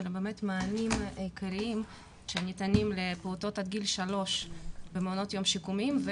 מענים עיקריים שניתנים לפעוטות עד גיל שלוש במעונות יום שיקומיים,